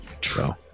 True